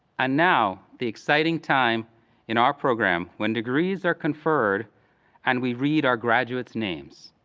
and now, the exciting time in our program when degrees are conferred and we read our graduate's names.